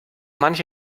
manche